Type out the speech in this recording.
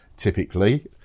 Typically